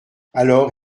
alors